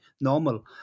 normal